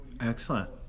Excellent